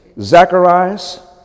Zacharias